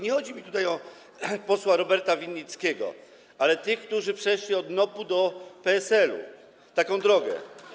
Nie chodzi mi tutaj o posła Roberta Winnickiego, ale o tych, którzy przeszli od NOP-u do PSL-u, taką drogę.